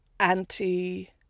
Anti